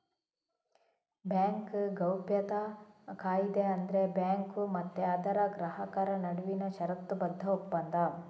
bank ಗೌಪ್ಯತಾ ಕಾಯಿದೆ ಅಂದ್ರೆ ಬ್ಯಾಂಕು ಮತ್ತೆ ಅದರ ಗ್ರಾಹಕರ ನಡುವಿನ ಷರತ್ತುಬದ್ಧ ಒಪ್ಪಂದ